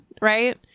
Right